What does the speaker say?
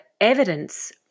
evidence